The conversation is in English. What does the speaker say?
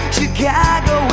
Chicago